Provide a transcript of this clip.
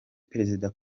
perezida